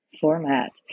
format